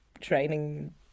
training